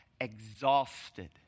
exhausted